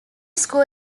school